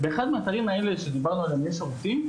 באחד מהאתרים האלה שדיברנו עליהם יש שירותים?